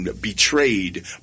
betrayed